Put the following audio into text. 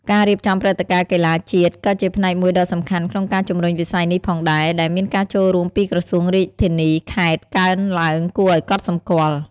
ការរៀបចំព្រឹត្តិការណ៍កីឡាជាតិ ក៏ជាផ្នែកមួយដ៏សំខាន់ក្នុងការជំរុញវិស័យនេះផងដែរ ដែលមានការចូលរួមពីក្រសួង រាជធានី-ខេត្ត កើនឡើងគួរឱ្យកត់សម្គាល់។